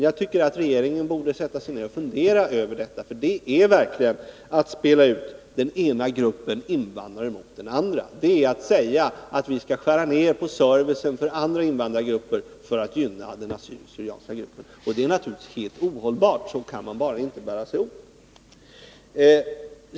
Jag tycker att regeringen borde sätta sig ned och fundera över detta, för det är verkligen att spela ut den ena gruppen invandrare mot den andra, det är att säga att vi skall skära ner på servicen för andra invandrare för att gynna den assyriska/syrianska gruppen. Det är naturligtvis helt ohållbart. Så kan man bara inte bära sig åt.